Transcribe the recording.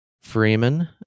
Freeman